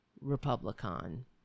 Republican